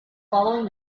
fallen